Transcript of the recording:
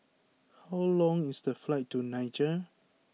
how long is the flight to Niger